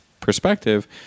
perspective